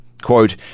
quote